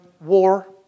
war